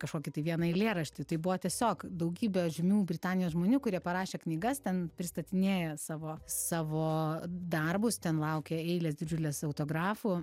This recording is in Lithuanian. kažkokį tai vieną eilėraštį tai buvo tiesiog daugybė žymių britanijos žmonių kurie parašę knygas ten pristatinėja savo savo darbus ten laukia eilės didžiulės autografų